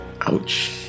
Ouch